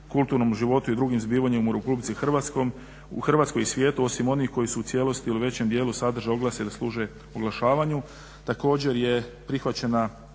kulturnom životu i drugim zbivanjima u Republici Hrvatskoj i svijetu osim onih koji su u cijelosti ili u većem dijelu sadrže oglase ili služe oglašavanju. Također je prihvaćena,